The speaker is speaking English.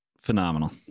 Phenomenal